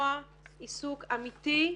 למנוע עיסוק אמיתי.